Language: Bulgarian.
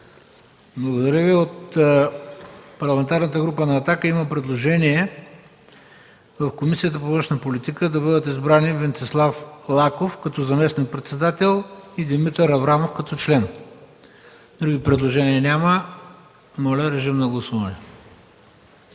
Благодаря Ви. От Парламентарната група на „Атака” има предложение в Комисията по външна политика да бъдат избрани: Венцислав Лаков като заместник-председател и Димитър Аврамов като член. Други предложения няма. Моля, гласувайте.